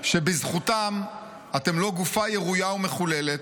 שבזכותם אתם לא גופה ירויה ומחוללת,